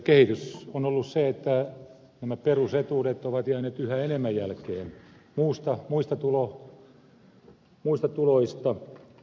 kehitys on ollut se että nämä perusetuudet ovat jääneet yhä enemmän jälkeen muista tuloista